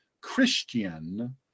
christian